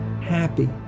happy